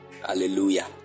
hallelujah